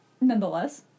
Nonetheless